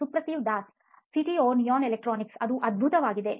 ಸುಪ್ರತಿವ್ Das CTO ನೋಯಿನ್ ಎಲೆಕ್ಟ್ರಾನಿಕ್ಸ್ಅದು ಅದ್ಭುತವಾಗಿದೆ